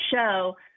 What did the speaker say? show